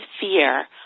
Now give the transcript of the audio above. fear